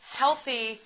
healthy